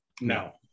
No